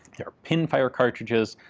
there are pin fire cartridges,